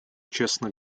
честно